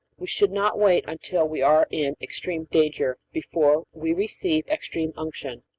we should not wait until we are in extreme danger before we receive extreme unction,